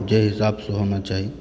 जाहि हिसाबसंँ होना चाही